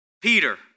Peter